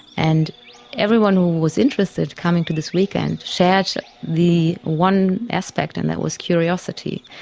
and everyone who was interested in coming to this weekend shared the one aspect and that was curiosity,